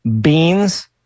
beans